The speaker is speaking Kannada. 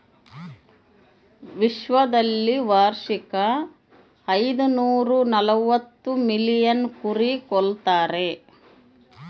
ವಿಶ್ವದಲ್ಲಿ ವಾರ್ಷಿಕ ಐದುನೂರನಲವತ್ತು ಮಿಲಿಯನ್ ಕುರಿ ಕೊಲ್ತಾರೆ